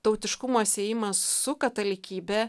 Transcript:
tautiškumo siejimas su katalikybe